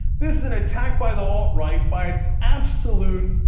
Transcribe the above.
this is an attack by the alt-right by an absolute